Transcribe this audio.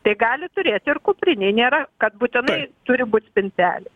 tai gali turėti ir kuprinėj nėra kad būtinai turi būti spintelėj